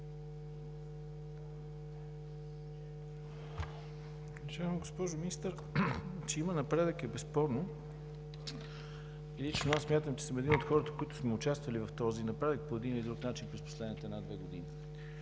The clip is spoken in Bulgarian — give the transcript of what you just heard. Уважаема госпожо Министър, че има напредък е безспорно. Лично аз смятам, че съм един от хората, които сме участвали в този напредък по един или друг начин през последните една-две години.